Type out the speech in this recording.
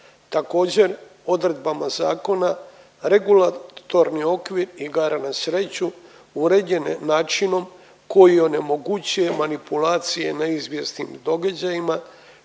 Također, odredbama zakona regulatorni okvir igara na sreću uređen je načinom koji onemogućuje manipulacije neizvjesnim događajima,